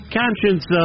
conscience